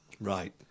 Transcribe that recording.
Right